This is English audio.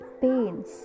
pains